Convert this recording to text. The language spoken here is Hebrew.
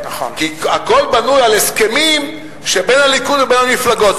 כי הכול בנוי על הסכמים שבין הליכוד לבין המפלגות.